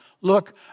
Look